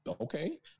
Okay